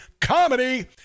comedy